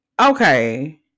Okay